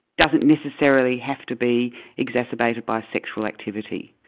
doesn't necessarily have to be exacerbated by sexual activity.